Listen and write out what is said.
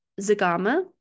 Zagama